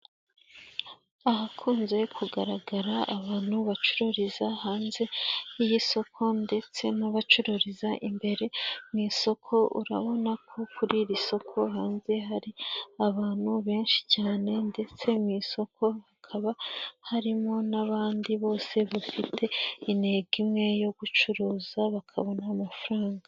Ahakunze kugaragara abantu bacururiza hanze y'isoko ndetse n'abacururiza imbere mu isoko, urabona ko kuri iri soko hanze hari abantu benshi cyane ndetse mu isoko hakaba harimo n'abandi bose bafite intego imwe yo gucuruza bakabona amafaranga.